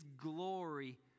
glory